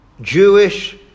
Jewish